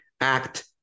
act